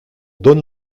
donne